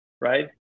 right